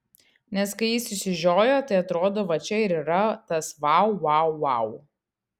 nes kai jis išsižiojo tai atrodo va čia ir yra tas vau vau vau